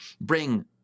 bring